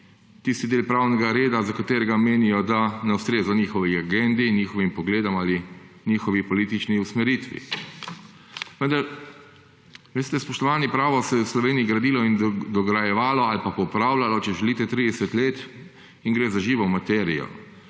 tisti del pravnega reda, za katerega menijo, da ne ustreza njihovi agendi, njihovim pogledom ali njihovi politični usmeritvi. Vendar, veste spoštovani, pravo se je v Sloveniji gradilo in dograjevalo ali pa popravljalo, če želite, 30 let in gre za živo materijo,